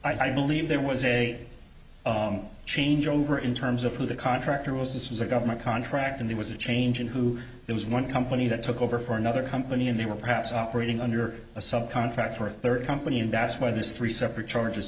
charged i believe there was a changeover in terms of who the contractor was this was a government contract and there was a change in who it was one company that took over for another company and they were perhaps operating under a sub contract for a third company and that's why there's three separate charges